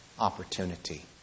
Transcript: Opportunity